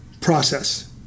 process